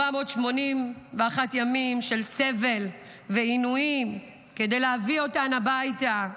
481 ימים של סבל ועינויים כדי להביא אותן הביתה.